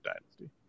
Dynasty